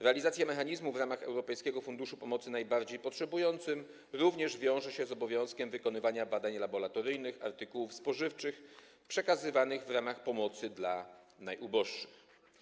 Realizacja mechanizmu w ramach Europejskiego Funduszu Pomocy Najbardziej Potrzebującym wiąże się również z obowiązkiem wykonywania badań laboratoryjnych artykułów spożywczych przekazywanych w ramach pomocy dla najuboższych.